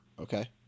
Okay